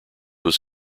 was